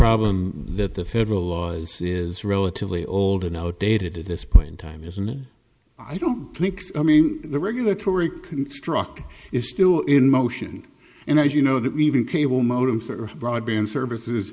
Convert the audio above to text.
problem that the federal law is relatively old and outdated at this point time isn't i don't think so i mean the regulatory construct is still in motion and as you know that even cable modem for broadband services